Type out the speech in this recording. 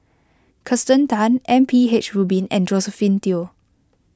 Kirsten Tan M P H Rubin and Josephine Teo